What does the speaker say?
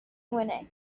مونه